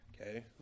Okay